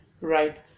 right